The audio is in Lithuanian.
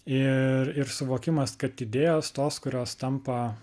ir ir suvokimas kad idėjos tos kurios tampa